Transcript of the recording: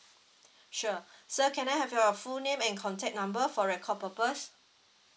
sure so can I have your full name and contact number for record purpose